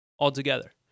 altogether